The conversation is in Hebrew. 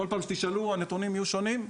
כל פעם שתשאלו הנתונים יהיו שונים,